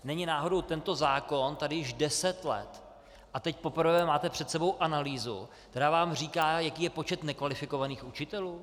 Není náhodou tento zákon tady již deset let a teď poprvé máte před sebou analýzu, která vám říká, jaký je počet nekvalifikovaných učitelů?